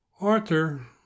Arthur